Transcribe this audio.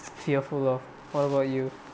fearful of what about you